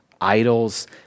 Idols